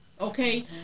Okay